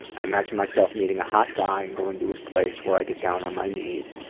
i imagine myself meeting a hot guy andgoing to his place where i get down on my knees.